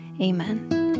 Amen